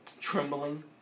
trembling